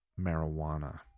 marijuana